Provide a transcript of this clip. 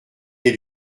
est